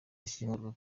ashyingurwa